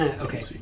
Okay